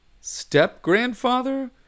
step-grandfather